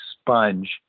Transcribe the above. sponge